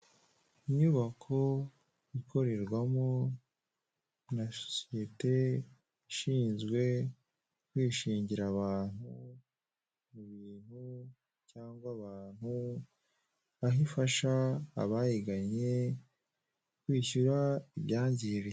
Inyubako ikorerwamo na sosiyete ishinzwe kwishingira abantu, mu bintu cyangwa abantu, aho ifasha abayiganye kwishyura ibyangiriritse.